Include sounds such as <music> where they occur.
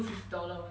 <breath>